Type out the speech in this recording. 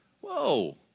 Whoa